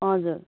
हजुर